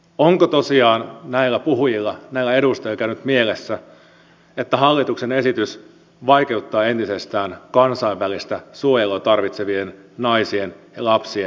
onko tosiaan näillä puhujilla näillä edustajilla käynyt mielessä että hallituksen esitys vaikeuttaa entisestään kansainvälistä suojelua tarvitsevien naisien ja lapsien auttamista